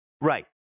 Right